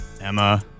Emma